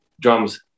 drums